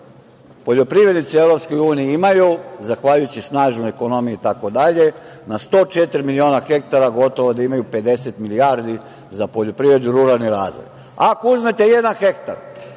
poljoprivrednici u EU imaju zahvaljujući snažnoj ekonomiji itd, na 104 miliona hektara gotovo da imaju 50 milijardi za poljoprivredu i ruralni razvoj. Ako uzmete jedan hektar